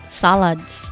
salads